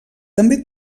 també